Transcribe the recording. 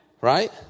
Right